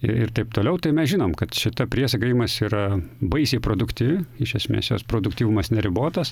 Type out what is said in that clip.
ir taip toliau tai mes žinom kad šita priesaga imas yra baisiai produktyvi iš esmės jos produktyvumas neribotas